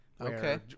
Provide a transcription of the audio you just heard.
Okay